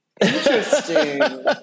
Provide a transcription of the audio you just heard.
Interesting